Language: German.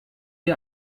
die